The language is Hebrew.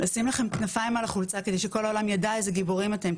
לשים לכם כנפיים על החולצה כדי שכל העולם ידע איזה גיבורים אתם,